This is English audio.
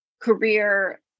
career